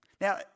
Now